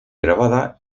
grabada